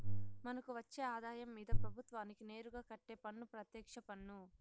మనకు వచ్చే ఆదాయం మీద ప్రభుత్వానికి నేరుగా కట్టే పన్ను పెత్యక్ష పన్ను